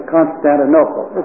Constantinople